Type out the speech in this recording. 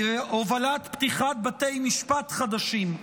הובלת פתיחת בתי משפט חדשים,